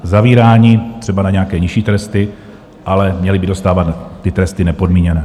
Zavíráni třeba na nějaké nižší tresty, ale měli by dostávat ty tresty nepodmíněné.